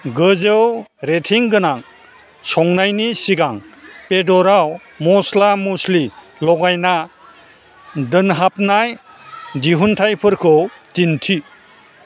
गोजौ रेटिंगोनां संनायनि सिगां बेदराव मस्ला मस्लि लगायना दोनहाबनाय दिहुनथाइफोरखौ दिन्थि